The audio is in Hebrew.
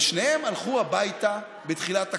ושניהם הלכו הביתה בתחילת הקורונה,